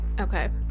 okay